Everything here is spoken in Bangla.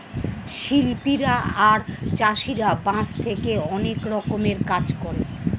শিল্পীরা আর চাষীরা বাঁশ দিয়ে অনেক রকমের কাজ করে